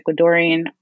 Ecuadorian